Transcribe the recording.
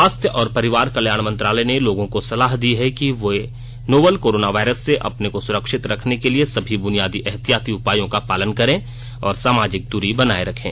स्वास्थ्य और परिवार कल्याण मंत्रालय ने लोगों को सलाह दी है कि वे नोवल कोरोना वायरस से अपने को सुरक्षित रखने के लिए सभी बुनियादी एहतियाती उपायों का पालन करें और सामाजिक दूरी बनाए रखें